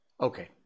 Okay